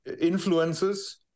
influences